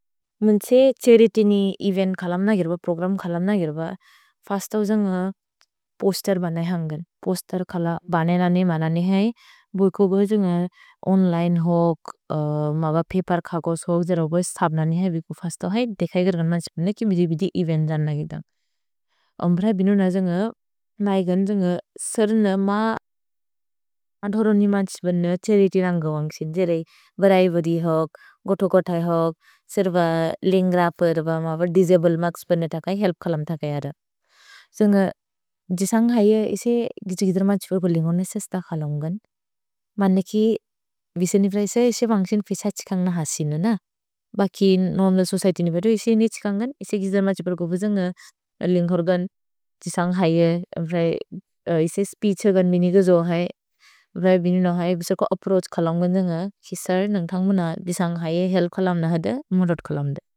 मुन् त्से त्क्सेरिति नि एवेन्त् खलम् नगिर्ब, प्रोग्रम् खलम् नगिर्ब, फस्तौ जन्ग् पोस्तेर् बनय् हन्गन्। पोस्तेर् खल बनय् नने, मनने है। भोइको गोइ जन्ग् ओन्लिने होक्, मब पपेर् खकोस् होक्, जर होगोइ सब् नने है। भिको फस्तौ है, देखैगर् गन्म त्सेपने कि मिदे बिदि एवेन्त् जन् नगिदन्। अम्ब्र बिनुन जन्ग् नैगन् जन्ग् सर्न मा अथोरोनि म त्सेपने त्क्सेरिति लन्ग् गवन्ग् सि। जेरै बरै बदि होक्, गोथो कोथै होक्, सेर्ब लिन्ग् रपर् ब मबर् दिसब्ले मर्क्स् बनय् तकै हेल्प् खलम् तकै हर। जन्ग् जिसन्ग् है, इसि गिजिदर् म त्सेपर्को लिन्ग् होनि सस्त खलोन्गन्। मन्ने कि विसेनि प्रए से इसि बन्ग्सिन् फिस त्क्सिकन्ग् न हसिन न। भकि नोर्मल् सोचिएत्य् नि बेतु इसि नि त्क्सिकन्गन्, इसि गिजिदर् म त्सेपर्को बुजन्ग् लिन्ग् होर्गन्, जिसन्ग् है, अम्ब्रै इसि स्पीछ् होगन् बिनिग जो है। अम्ब्रै बिनुन है, बिसर्को अप्प्रोअछ् खलोन्गन् जन्ग। किसर् नन्ग् थन्ग् मुन, बिसन्ग् है हेल्प् खलम् नहद, मुरत् खलम्द।